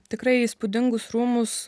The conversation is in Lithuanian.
tikrai įspūdingus rūmus